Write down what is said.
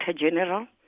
general